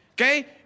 okay